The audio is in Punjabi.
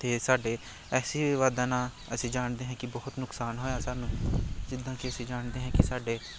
ਅਤੇ ਸਾਡੇ ਐਸੇ ਵਿਵਾਦਾਂ ਨਾਲ ਅਸੀਂ ਜਾਣਦੇ ਹਾਂ ਕਿ ਬਹੁਤ ਨੁਕਸਾਨ ਹੋਇਆ ਸਾਨੂੰ ਜਿੱਦਾਂ ਕਿ ਅਸੀਂ ਜਾਣਦੇ ਹਾਂ ਕਿ ਸਾਡੇ